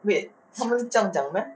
wait 他们是这样讲的 meh